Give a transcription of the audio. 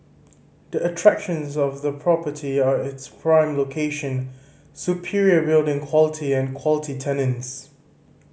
the attractions of the property are its prime location superior building quality and quality tenants